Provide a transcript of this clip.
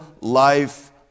life